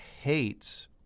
hates